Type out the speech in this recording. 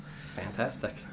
Fantastic